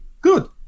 Good